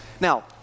now